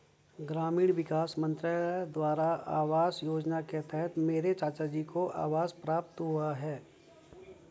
ग्रामीण विकास मंत्रालय द्वारा आवास योजना के तहत मेरे चाचाजी को आवास प्राप्त हुआ